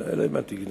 שירותים.